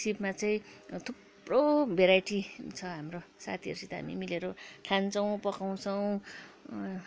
सिपमा चाहिँ थुप्रो भेराइटी छ हाम्रो साथीहरूसित हामी मिलेर खान्छौँ पकाउँछौँ